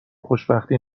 خوشبختی